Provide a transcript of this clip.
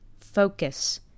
Focus